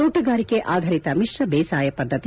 ತೋಟಗಾರಿಕೆ ಆಧರಿತ ಮಿಶ್ರ ಬೇಸಾಯ ಪದ್ನತಿ